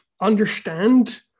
understand